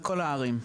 בכל הערים.